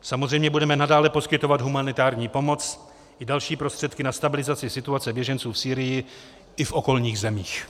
Samozřejmě budeme nadále poskytovat humanitární pomoc i další prostředky na stabilizaci situace běženců v Sýrii i v okolních zemích.